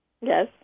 Yes